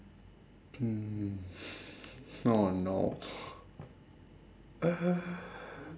hmm oh no uh